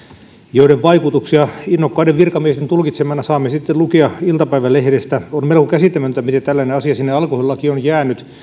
joiden vaikutuksia innokkaiden virkamiesten tulkitsemana saamme sitten lukea iltapäivälehdistä on melko käsittämätöntä miten tällainen asia sinne alkoholilakiin on jäänyt